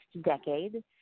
decade